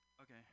Okay